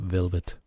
Velvet